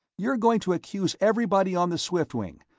you're going to accuse everybody on the swiftwing,